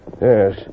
Yes